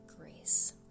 grace